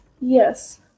yes